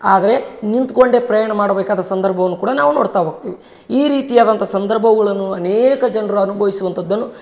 ಆದರೆ ನಿಂತ್ಕೊಂಡೆ ಪ್ರಯಾಣ ಮಾಡಬೇಕಾದ ಸಂದರ್ಭವನ್ನು ಕೂಡ ನಾವು ನೋಡ್ತಾ ಹೋಗ್ತಿವಿ ಈ ರೀತಿಯಾದಂಥ ಸಂದರ್ಭವುಗಳನ್ನು ಅನೇಕ ಜನರು ಅನುಭವಿಸುವಂಥದ್ದನ್ನು